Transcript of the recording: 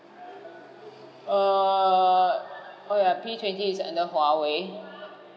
err oh yeah P twenty is under huawei